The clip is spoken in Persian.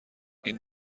این